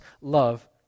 love